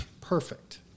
Perfect